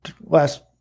last